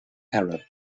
arab